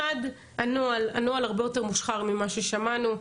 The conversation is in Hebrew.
הנוהל הרבה יותר מושחר ממה ששמענו,